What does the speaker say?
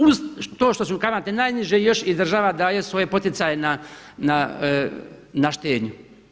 Uz to što su kamate najniže još i država daje svoje poticaje na štednju.